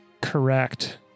Correct